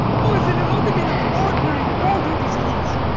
oh, if it had only been an ordinary mortal disease!